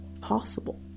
possible